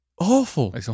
Awful